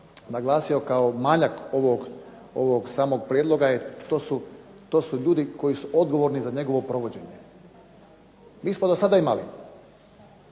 naglasio kao manjak ovog samog prijedloga, to su ljudi koji su odgovorni za njegovo provođenje. Mi smo do sada imali